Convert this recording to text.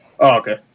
okay